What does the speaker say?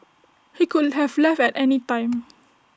he could have left at any time